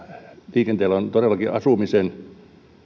liikenteellä on todellakin asumisen